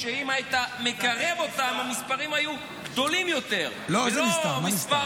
צריך לקרב את זה, ולא לתת